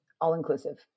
All-inclusive